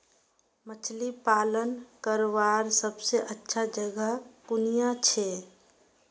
मछली पालन करवार सबसे अच्छा जगह कुनियाँ छे?